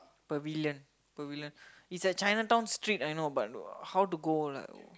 pavilion pavilion it's at Chinatown Street I know but how to go like